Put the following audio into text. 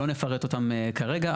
שלא נפרט אותם כרגע.